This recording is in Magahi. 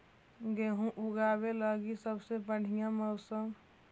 गेहूँ ऊगवे लगी सबसे बढ़िया मौसम?